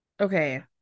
Okay